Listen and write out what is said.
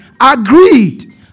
agreed